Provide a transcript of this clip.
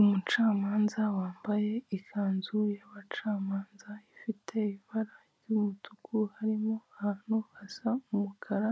Umucamanza wambaye ikanzu y'abacamanza ifite ibara ry'umutuku harimo ahantu hasa umukara